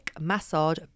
massage